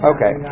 Okay